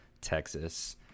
Texas